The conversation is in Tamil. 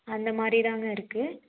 அந்த மாதிரி தாங்க இருக்குது